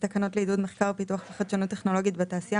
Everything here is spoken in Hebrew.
פיתוח וחדשנות טכנולוגית בתעשייה,